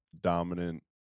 dominant